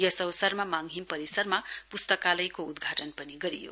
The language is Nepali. यस अवसरमा मन्दिर परिसरमा प्स्तकालयको उद्घाटन पनि गरियो